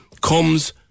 comes